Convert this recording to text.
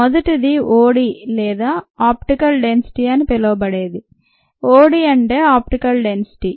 మొదటిది OD లేదా optical density అని పిలవబడేది OD అంటే ఆప్టికల్ డెన్సిటీ